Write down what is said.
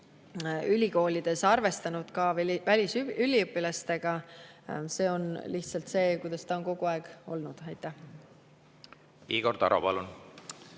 ülikoolides arvestanud ka välisüliõpilastega. See on lihtsalt see, kuidas on kogu aeg olnud. Igor